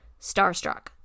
starstruck